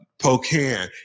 Pocan